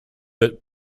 that